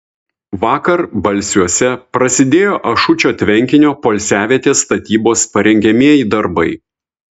vakar balsiuose prasidėjo ašučio tvenkinio poilsiavietės statybos parengiamieji darbai